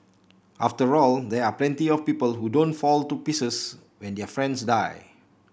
after all there are plenty of people who don't fall to pieces when their friends die